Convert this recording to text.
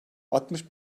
altmış